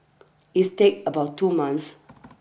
its takes about two months